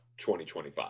2025